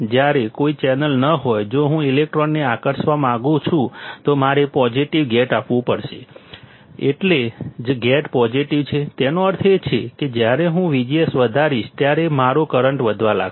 જ્યારે કોઈ ચેનલ ન હોય જો હું ઇલેક્ટ્રોનને આકર્ષવા માંગું છું તો મારે પોઝિટિવ ગેટ આપવું પડશે એટલે જ ગેટ પોઝિટિવ છે તેનો અર્થ એ છે કે જ્યારે હું VGS વધારીશ ત્યારે મારો કરંટ વધવા લાગશે